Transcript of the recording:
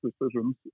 decisions